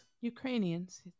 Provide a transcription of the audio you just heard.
Ukrainians